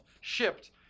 shipped